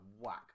whack